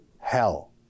hell